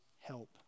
help